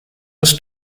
des